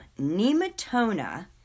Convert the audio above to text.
Nematona